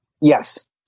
Yes